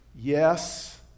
Yes